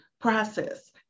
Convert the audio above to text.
process